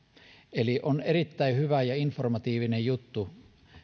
eli on erittäin hyvä ja informatiivinen juttu